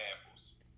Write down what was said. examples